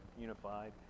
unified